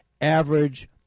average